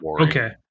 okay